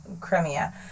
Crimea